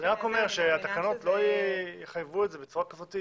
אני רק אומר שהתקנות לא יחייבו את זה בצורה כזאת.